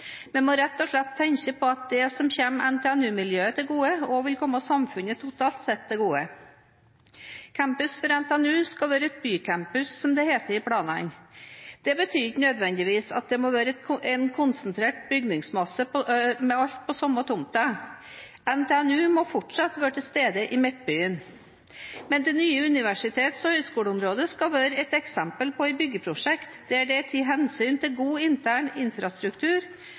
Vi må rett og slett tenke på at det som kommer NTNU-miljøet til gode, også vil komme samfunnet totalt sett til gode. Campus for NTNU skal være et bycampus, som det heter i planene. Det betyr ikke nødvendigvis at det må være en konsentrert bygningsmasse med alt på samme tomt. NTNU må fortsatt være til stede i Midtbyen. Men det nye universitets- og høyskoleområdet skal være et eksempel på et byggeprosjekt der det er tatt hensyn til god intern infrastruktur,